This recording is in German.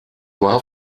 war